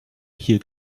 hier